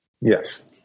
yes